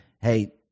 hey